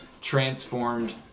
transformed